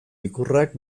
ikurrak